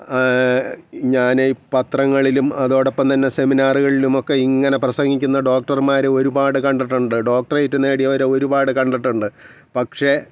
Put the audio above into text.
ഞാൻ ഈ പത്രങ്ങളിലും അതോടൊപ്പം തന്നെ സെമിനാറുകളിലും ഒക്കെ ഇങ്ങനെ പ്രസംഗിക്കുന്ന ഡോക്ടർമാരെ ഒരുപാട് കണ്ടിട്ടുണ്ട് ഡോക്ടറേറ്റ് നേടിയവരെ ഒരുപാട് കണ്ടിട്ടുണ്ട് പക്ഷേ